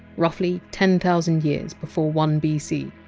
roughly ten thousand years before one bc.